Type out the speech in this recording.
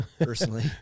personally